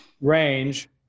range